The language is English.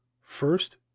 first